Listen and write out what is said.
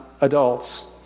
adults